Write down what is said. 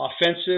offensive